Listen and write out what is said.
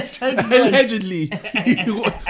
allegedly